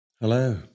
Hello